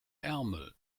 ärmel